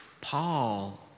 Paul